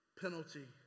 penalty